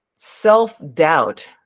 self-doubt